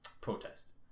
protest